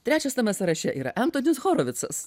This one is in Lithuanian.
trečias tame sąraše yra entonis horovicas